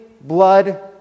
blood